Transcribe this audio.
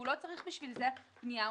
הוא לא צריך בשביל זה פנייה,